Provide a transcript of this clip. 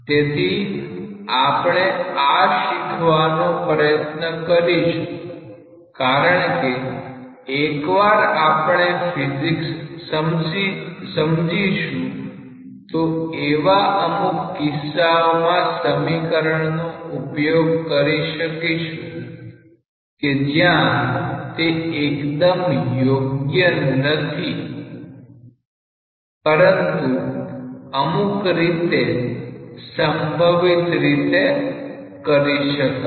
તેથી આપણે આ શીખવાનો પ્રયત્ન કરીશું કારણકે એક વાર આપણે ફિઝિક્સ સમજીશું તો એવા અમુક કિસ્સાઓમાં સમીકરણનો ઉપયોગ કરી શકીશું કે જ્યાં તે એકદમ યોગ્ય નથી પરંતુ અમુક રીતે સંભવિત રીતે કરી શકાય